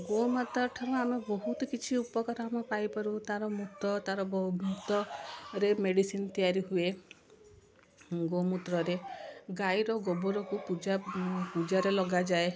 ଗୋମାତା ଠାରୁ ଆମେ ବହୁତ କିଛି ଉପକାର ଆମେ ପାଇପାରୁ ତାର ମୁତ ତାର ଗୋ ରେ ମେଡ଼ିସିନ ତିଆରି ହୁଏ ଗୋମୁତ୍ରରେ ଗାଈର ଗୋବରକୁ ପୂଜାରେ ପୂଜାରେ ଲଗାଯାଏ